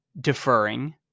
deferring